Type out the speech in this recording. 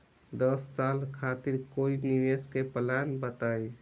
दस साल खातिर कोई निवेश के प्लान बताई?